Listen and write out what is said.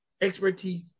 expertise